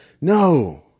No